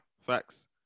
facts